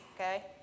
okay